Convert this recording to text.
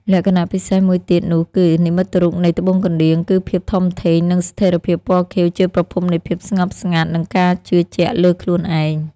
លក្ខណៈពិសេសមួយទៀតនោះគឺ និមិត្តរូបនៃត្បូងកណ្ដៀង គឺភាពធំធេង និងស្ថិរភាពពណ៌ខៀវជាប្រភពនៃភាពស្ងប់ស្ងាត់ និងការជឿជាក់លើខ្លួនឯង។